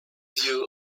view